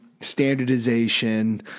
standardization